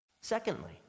Secondly